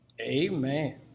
amen